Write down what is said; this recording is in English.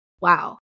wow